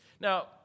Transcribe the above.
Now